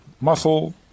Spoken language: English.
muscle